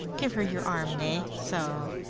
give her your arm, may! so.